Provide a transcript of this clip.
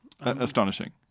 Astonishing